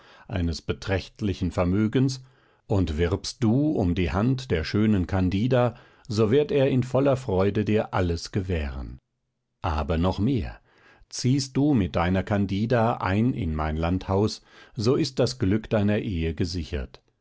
eines beträchtlichen vermögens und wirbst du um die hand der schönen candida so wird er in voller freude dir alles gewähren aber noch mehr ziehst du mit deiner candida ein in mein landhaus so ist das glück deiner ehe gesichert